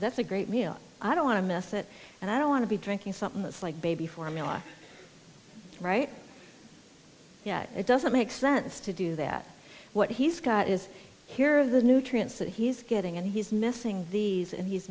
a great meal i don't want to miss that and i don't want to be drinking something that's like baby formula right yet it doesn't make sense to do that what he's got is here the nutrients that he's getting and he's missing these and he's